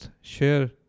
share